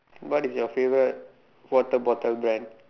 what is your favourite water bottle brand